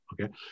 Okay